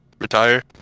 retire